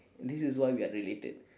and this is why we are related